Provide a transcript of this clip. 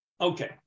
Okay